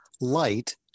light